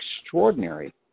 extraordinary